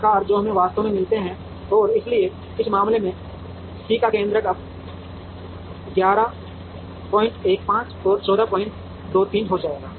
आकार जो हमें वास्तव में मिलते हैं और इसलिए इस मामले में C का केन्द्रक अब 1115 और 1423 हो जाएगा